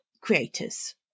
creators